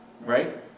right